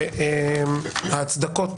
וההצדקות